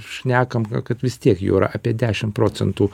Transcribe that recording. šnekam kad vis tiek jau yra apie dešimt procentų